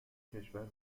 کشور